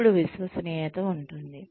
అప్పుడు విశ్వసనీయత ఉంటుంది